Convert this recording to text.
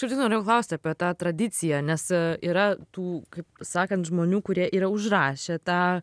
kaip tik norėjau klausti apie tą tradiciją nes yra tų kaip sakant žmonių kurie yra užrašę tą